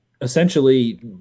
essentially